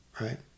right